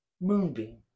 Moonbeam